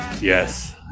Yes